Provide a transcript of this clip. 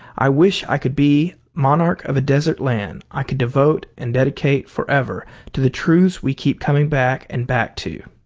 i wish i could be monarch of a desert land i could devote and dedicate forever to the truths we keep coming back and back to.